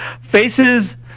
Faces